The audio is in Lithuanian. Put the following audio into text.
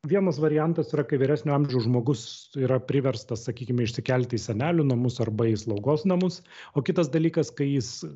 vienas variantas yra kai vyresnio amžiaus žmogus yra priverstas sakykime išsikelti į senelių namus arba į slaugos namus o kitas dalykas kai jis